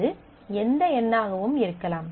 அது எந்த எண்ணாகவும் இருக்கலாம்